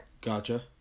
Gotcha